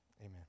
Amen